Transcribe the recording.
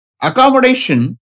Accommodation